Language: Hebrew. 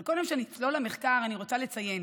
אבל קודם שנצלול למחקר אני רוצה לציין